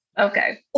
Okay